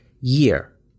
year